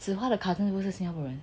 zi hua 的 cousin 不是新加坡人 ah